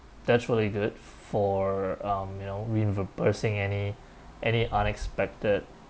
that's really good f~ for um you know reimbursing any any unexpected